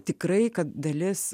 tikrai kad dalis